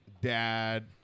dad